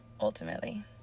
ultimately